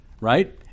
right